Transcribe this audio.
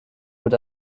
mit